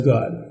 God